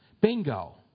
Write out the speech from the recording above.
bingo